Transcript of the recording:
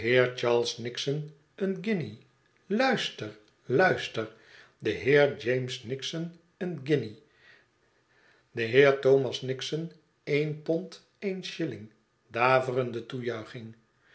een guinje luister luister de heer james nixon een guinje de heer thomas nixon een pond een shilling daverende